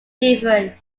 different